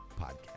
podcast